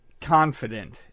confident